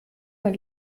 man